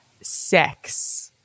Sex